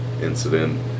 incident